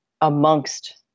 amongst